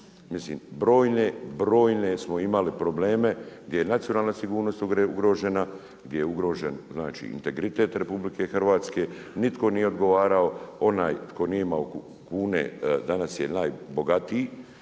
Mislim brojne smo imali probleme gdje je nacionalna sigurnost ugrožena, gdje je ugrožen znači integritet RH. Nitko nije odgovarao. Onaj tko nije imao kune danas je najbogatiji.